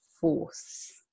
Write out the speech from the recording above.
force